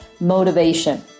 motivation